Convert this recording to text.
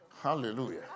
Hallelujah